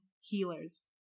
healers